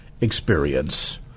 experience